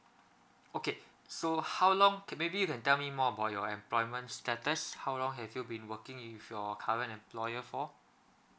okay so how long can maybe you can tell me more about your employment status how long have you been working with your current employer for